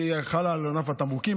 והיא חלה על ענף התמרוקים.